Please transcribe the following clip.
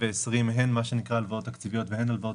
הן מה שנקרא הלוואות תקציביות והן הלוואות